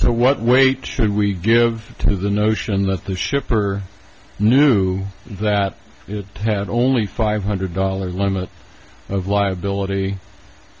to what weight should we give to the notion that the shipper knew that it had only five hundred dollars limit of liability